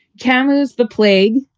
cameras, the plague,